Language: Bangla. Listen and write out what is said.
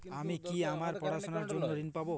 আমি কি আমার পড়াশোনার জন্য ঋণ পাব?